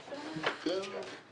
--- כן.